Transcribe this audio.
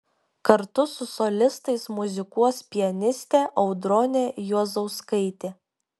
kartu su solistais muzikuos pianistė audronė juozauskaitė